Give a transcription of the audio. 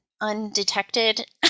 undetected